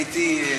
הייתי,